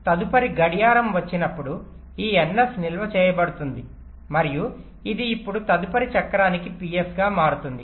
కాబట్టి తదుపరి గడియారం వచ్చినప్పుడు ఈ NS నిల్వ చేయబడుతుంది మరియు ఇది ఇప్పుడు తదుపరి చక్రానికి PS గా మారుతుంది